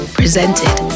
presented